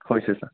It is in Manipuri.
ꯍꯣꯏ ꯁꯤꯁꯇꯔ